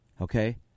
Okay